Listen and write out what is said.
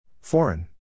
Foreign